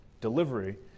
delivery